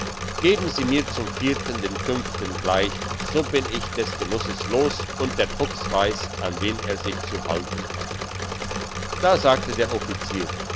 geben sie mir zum vierten den fünften gleich so bin ich des genusses los und der fuchs weiss an wen er sich zu halten hat da sagte der offizier